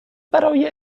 برای